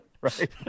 Right